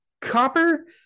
copper